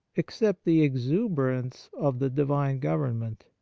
except the exuberance of the divine government?